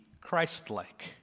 Christ-like